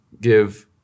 give